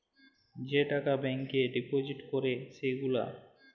যে টাকা ব্যাংকে ডিপজিট ক্যরে সে গুলা